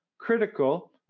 critical